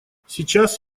сейчас